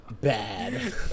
Bad